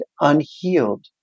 unhealed